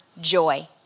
joy